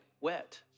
wet